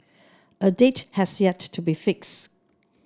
a date has yet to be fixed